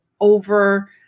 over